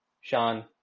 Sean